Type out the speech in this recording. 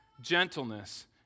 gentleness